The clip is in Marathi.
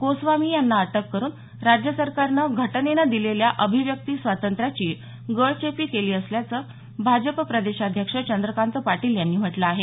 गोस्वामी यांना अटक करुन राज्य सरकारनं घटनेनं दिलेल्या अभिव्यक्ती स्वातंत्र्याची गळचेपी केली असल्याचं भाजप प्रदेशाध्यक्ष चंद्रकांत पाटील यांनी म्हटलं आहे